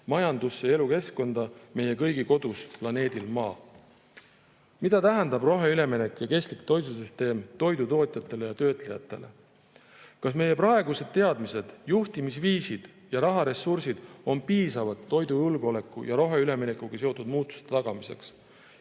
majandusse ja elukeskkonda meie kõigi kodus planeedil Maa. Mida tähendab roheüleminek ja kestlik toidusüsteem toidutootjatele ja ‑töötlejatele? Kas meie praegused teadmised, juhtimisviisid ja raharessursid on piisavad toidujulgeoleku ja roheüleminekuga seotud muudatuste tagamiseks?